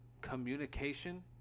communication